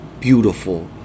beautiful